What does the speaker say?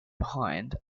behind